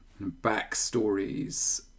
backstories